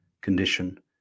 condition